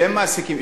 שהם מעסיקים,